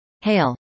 hail